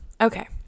Okay